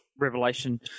Revelation